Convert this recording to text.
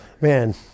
Man